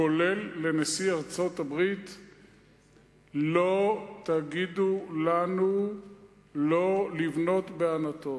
כולל לנשיא ארצות-הברית: לא תגידו לנו לא לבנות בענתות,